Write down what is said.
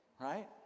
right